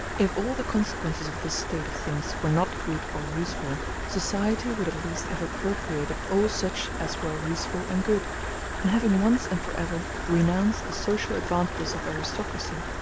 if all the consequences of this state of things were not good or useful, society would at least have appropriated all such as were useful and good and having once and for ever renounced the social advantages of aristocracy,